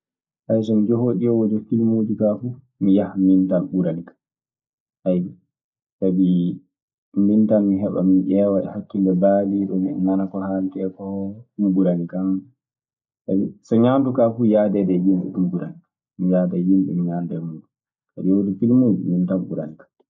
so mi jahowo ƴeewoyde filmuuji kaa fuu, mi yaha min tan ɓurani kan. sabi min tan mi heɓa mi ƴeewa e hakkille baaliiɗo, miɗe nana ko haaletee koo, ɗun ɓurani kan. Sabi, so ñaandu kaa fuu yahɗeede e yimɓe ɗun ɓurani kan. Mi yahda e yimɓe mi ñaanda e muuɗun. Kaa, ƴeewde filmuuji min tan ɓurani kan.